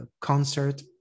concert